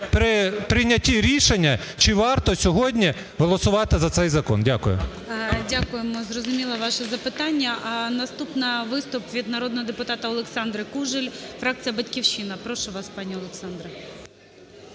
при прийнятті рішення, чи варто сьогодні голосувати за цей закон? Дякую. ГОЛОВУЮЧИЙ. Дякуємо, зрозуміло ваше запитання. Наступна, виступ від народного депутата Олександри Кужель, фракція "Батьківщина". Прошу вас, пані Олександра.